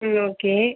ம் ஓகே